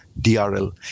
DRL